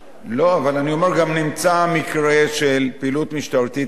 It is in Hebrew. אבל אני אומר שגם נמצא מקרה של פעילות משטרתית תקיפה,